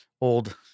Old